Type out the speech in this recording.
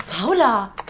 Paula